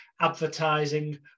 advertising